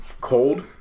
cold